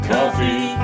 Coffee